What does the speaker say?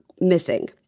missing